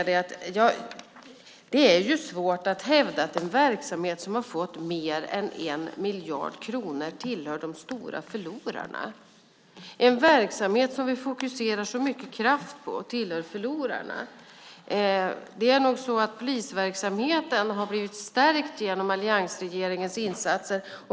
Det är svårt att hävda att en verksamhet som har fått mer än 1 miljard kronor tillhör de stora förlorarna, att en verksamhet som vi fokuserar så mycket kraft på tillhör förlorarna. Det är nog så att polisverksamheten har blivit stärkt genom alliansregeringens insatser.